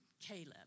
Caleb